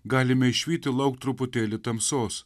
galime išvyti lauk truputėlį tamsos